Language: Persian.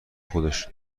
خودش